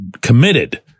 committed